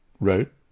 wrote